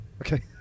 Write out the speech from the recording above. Okay